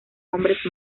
hombres